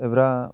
एब्रा